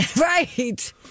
right